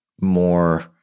more